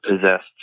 possessed